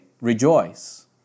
rejoice